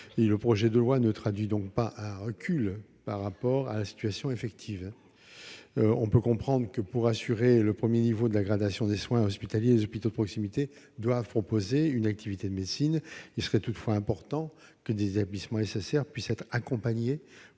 Le projet de loi ne représente donc pas un recul en la matière par rapport à la situation actuelle. On peut comprendre que, pour assurer le premier niveau de la gradation des soins hospitaliers, les hôpitaux de proximité doivent proposer une activité de médecine. Il serait toutefois important que des établissements de SSR soient accompagnés,